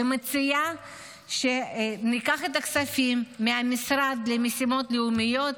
ומציעה שניקח את הכספים מהמשרד למשימות לאומיות,